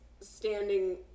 standing